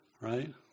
Right